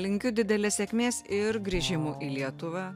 linkiu didelės sėkmės ir grįžimų į lietuvą